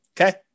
Okay